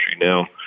Now